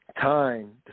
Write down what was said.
Time